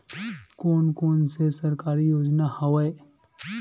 कोन कोन से सरकारी योजना हवय?